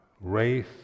race